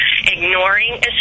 ignoring